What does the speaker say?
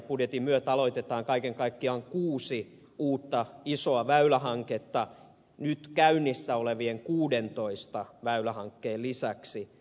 budjetin myötä aloitetaan kaiken kaikkiaan kuusi uutta isoa väylähanketta nyt käynnissä olevien kuudentoista väylähankkeen lisäksi